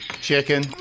Chicken